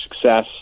success